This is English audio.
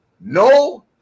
no